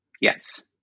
Yes